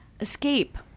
escape